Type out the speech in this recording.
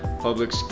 public